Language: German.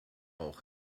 auch